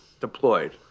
deployed